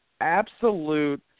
absolute